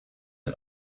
ein